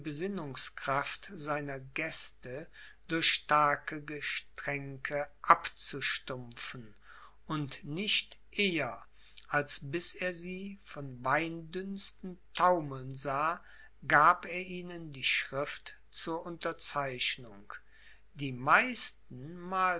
besinnungskraft seiner gäste durch starke getränke abzustumpfen und nicht eher als bis er sie von weindünsten taumeln sah gab er ihnen die schrift zur unterzeichnung die meisten